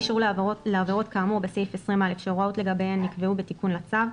אישור לעבירות כאמור בסעיף 20א שהוראות לגביהן נקבעו בתיקון לצו,